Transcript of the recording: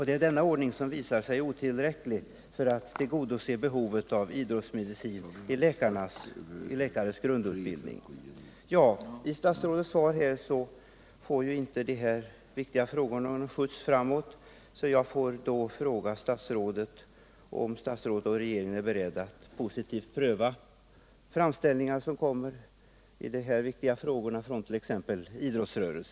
Det är denna ordning som visar sig otillräcklig för att tillgodose behovet av idrottsmedicin i läkarnas grundutbildning. I statsrådets svar får inte dessa viktiga frågor någon skjuts framåt. Jag får då fråga om statsrådet och regeringen är beredda att positivt pröva framställningar som kommer i dessa viktiga frågor från t.ex. idrottsrörelsen.